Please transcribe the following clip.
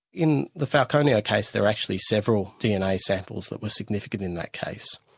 in the falconio case there are actually several dna samples that were significant in that case.